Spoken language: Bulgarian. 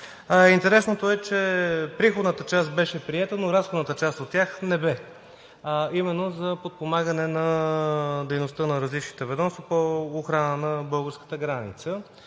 Интересното е, че приходната част беше приета, но разходната част от тях не беше – именно за подпомагане на дейността на различните ведомства по охрана на българската граница.